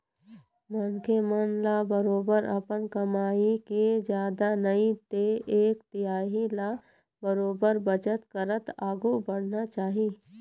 मनखे मन ल बरोबर अपन कमई के जादा नई ते एक तिहाई ल बरोबर बचत करत आघु बढ़ना चाही